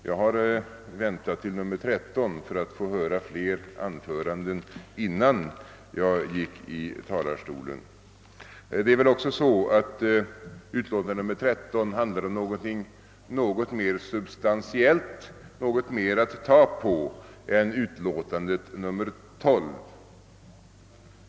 Jag har väntat till nr 13 för att få höra flera anföranden innan jag gick upp i talarstolen. Det är väl också så, att utlåtandet nr 13 handlar om någonting mer substantiellt, något mer att ta på, än utlåtandet nr 12.